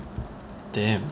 damn